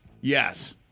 Yes